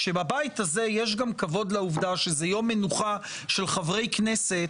כשבבית הזה יש כבוד לעובדה שזה יום מנוחה רשמי של חברי כנסת